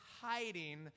hiding